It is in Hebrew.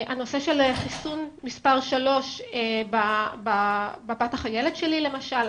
הנושא של חיסון מספר 3 בבת החיילת שלי, למשל.